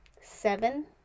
seven